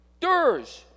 Durs